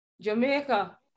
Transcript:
Jamaica